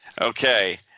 Okay